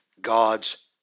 God's